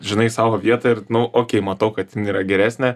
žinai savo vietą ir nu okei matau kad jin yra geresnė